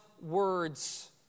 words